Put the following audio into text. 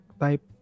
type